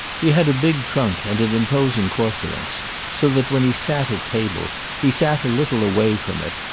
he had a big trunk and an imposing corpulence so that when he sat at table he sat a little away from it,